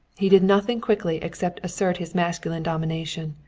he did nothing quickly except assert his masculine domination.